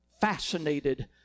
fascinated